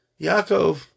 Yaakov